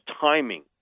timing